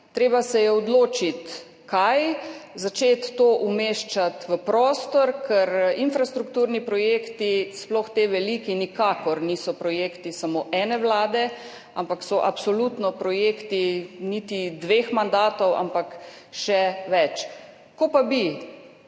treba se je odločiti kaj, začeti to umeščati v prostor, ker infrastrukturni projekti, sploh ti veliki, nikakor niso projekti samo ene vlade, ampak so absolutno projekti ne dveh mandatov, ampak še več. Ko bi